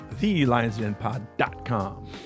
thelionsdenpod.com